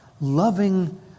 loving